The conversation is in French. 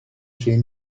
chez